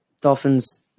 Dolphins